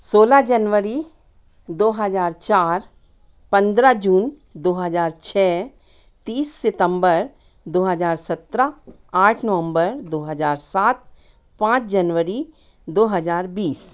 सोलह जनवरी दो हज़ार चार पन्द्रह जून दो हज़ार छः तीस सितंबर दो हज़ार सत्रह आठ नवंबर दो हज़ार सात पाँच जनवरी दो हज़ार बीस